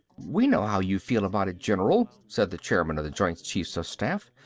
we know how you feel about it, general, said the chairman of the joint chiefs of staff.